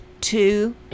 two